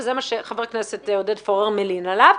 וזה מה שחבר הכנסת פורר מלין עליו,